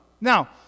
Now